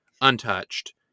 untouched